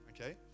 okay